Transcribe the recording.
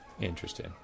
interesting